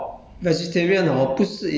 but anyway uh